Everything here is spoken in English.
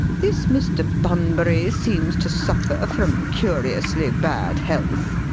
this mr. bunbury seems to suffer from curiously bad health.